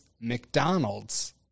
McDonald's